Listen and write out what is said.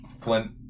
Flint